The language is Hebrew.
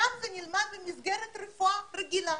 שם זה נלמד במסגרת רפואה רגילה.